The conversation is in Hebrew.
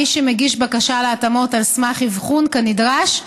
מי שמגיש בקשה להתאמות על סמך אבחון כנדרש,